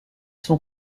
sont